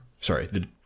sorry